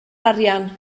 arian